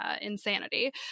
insanity